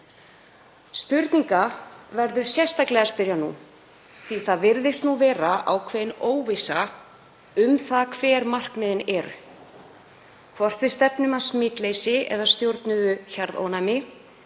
Spurninga verður sérstaklega að spyrja nú, því það virðist nú vera ákveðin óvissa um það hver markmiðin eru, hvort við stefnum að smitleysi eða stjórnuðu hjarðónæmi